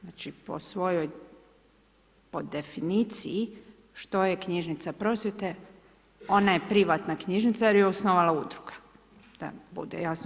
Znači po svojoj, po definiciji, što je knjižnica Prosvjete, ona je privatna knjižnica jer ju je osnovala udruga, da bude jasno.